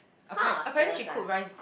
!huh! serious ah